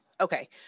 Okay